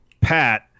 Pat